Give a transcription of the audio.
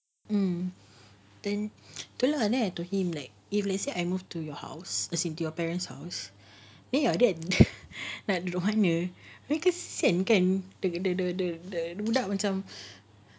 mm then don't know lah to him like if let's say I move to your house as into your parents' house eh and then like rohana because kesian kan the the the budak macam